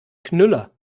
knüller